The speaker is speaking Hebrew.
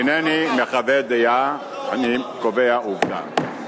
אינני מחווה דעה, אני קובע עובדה.